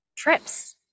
Trips